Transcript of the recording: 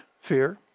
fear